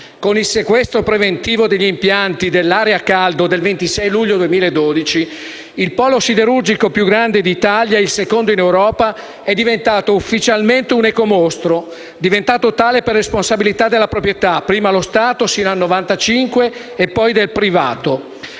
Con il sequestro preventivo degli impianti dell'area a caldo del 26 luglio 2012, il polo siderurgico più grande d'Italia e il secondo in Europa è diventato ufficialmente un ecomostro, per responsabilità della proprietà: prima dello Stato, sino al 1995, e poi del privato.